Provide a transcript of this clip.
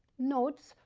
notes,